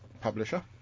publisher